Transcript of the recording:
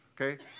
okay